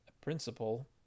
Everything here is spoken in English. principle